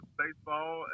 baseball